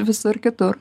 visur kitur